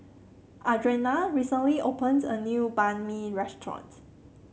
Adrianna recently opened a new Banh Mi restaurant